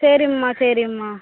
சரிம்மா சரிம்மா